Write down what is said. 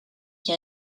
qui